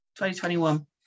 2021